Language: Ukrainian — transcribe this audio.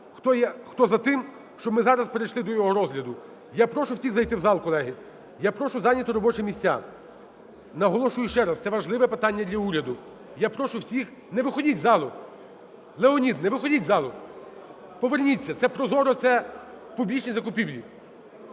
хто за те, щоб ми зараз перейшли до його розгляду. Я прошу всіх зайти в зал, колеги, я прошу зайняти робочі місця. Наголошую ще раз – це важливе питання для уряду. Я прошу всіх, не виходіть з залу, Леонід не виходіть з залу, поверніться – це ProZorro, це публічні закупівлі.